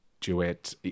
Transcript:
duet